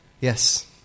Yes